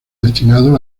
destinados